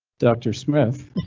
dr smith,